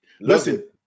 Listen